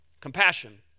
Compassion